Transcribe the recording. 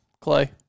clay